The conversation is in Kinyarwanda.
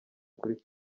kuri